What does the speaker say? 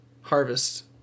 harvest